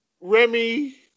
Remy